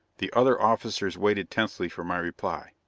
the other officers waited tensely for my reply.